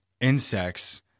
insects